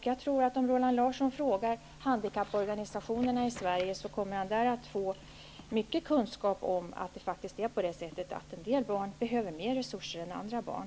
Jag tror att om Roland Larsson frågar handikapporganisationerna i Sverige kommer han att få mycket kunskap om att en del barn faktiskt behöver mer resurser än andra barn.